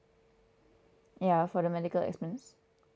ya for the medical expense